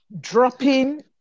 Dropping